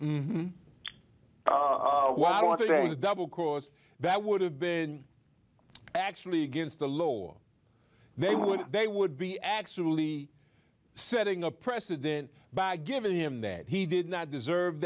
just double cause that would have been actually against the law or they would they would be actually setting a precedent by giving him that he did not deserve